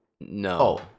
No